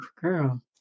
girl